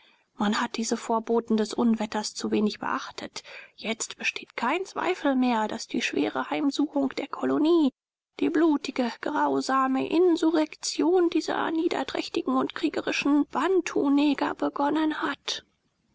man hat diese vorboten des unwetters zu wenig beachtet jetzt besteht kein zweifel mehr daß die schwere heimsuchung der kolonie die blutige grausame insurrektion dieser niederträchtigen und kriegerischen bantuneger begonnen hat